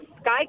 Sky